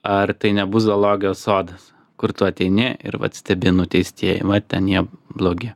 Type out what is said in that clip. ar tai nebus zoologijos sodas kur tu ateini ir vat stebi nuteistieji vat ten jie blogi